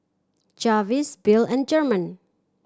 Jarvis Bill and German